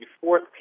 fourth